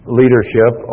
leadership